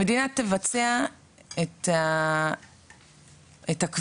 המדינה תבצע את הכביש,